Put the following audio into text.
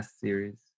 series